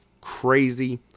Crazy